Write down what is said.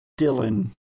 Dylan